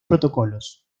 protocolos